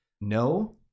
No